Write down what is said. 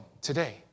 today